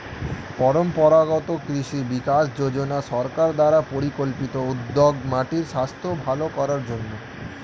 পরম্পরাগত কৃষি বিকাশ যোজনা সরকার দ্বারা পরিকল্পিত উদ্যোগ মাটির স্বাস্থ্য ভাল করার জন্যে